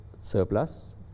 surplus